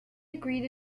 agreed